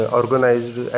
organized